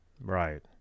Right